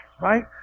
right